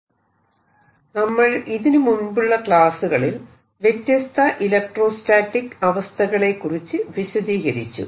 വൈദ്യുത ധ്രുവീകരണവും ബന്ധിത ചാർജുകളും 1 നമ്മൾ ഇതിനു മുൻപുള്ള ക്ലാസ്സുകളിൽ വ്യത്യസ്ത ഇലക്ട്രോസ്റ്റാറ്റിക് അവസ്ഥകളെ കുറിച്ച് വിശദീകരിച്ചു